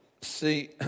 See